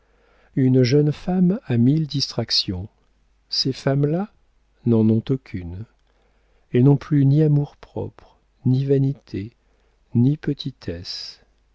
une jeune femme a mille distractions ces femmes-là n'en ont aucune elles n'ont plus ni amour-propre ni vanité ni petitesse